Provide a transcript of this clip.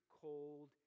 cold